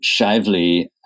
Shively